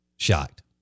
Shocked